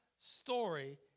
story